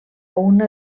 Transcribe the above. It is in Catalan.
una